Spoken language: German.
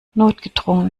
notgedrungen